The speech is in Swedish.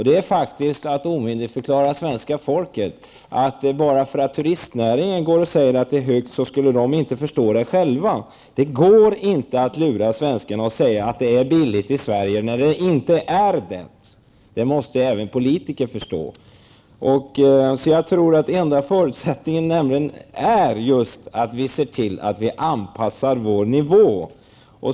Det är att omyndigförklara svenska folket att säga att folk inte förstår detta, när turistnäringen hävdar att nivån är hög. Det går inte att lura svenskarna och säga att det är billigt i Sverige när det inte är det. Det måste även politiker förstå. Jag tror att den enda förutsättningen är att Sverige anpassar sin nivå.